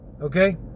Okay